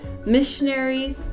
Missionaries